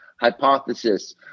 hypothesis